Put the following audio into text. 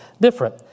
different